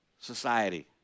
society